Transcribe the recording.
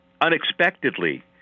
unexpectedly